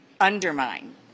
undermine